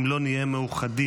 אם לא נהיה מאוחדים.